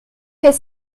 fait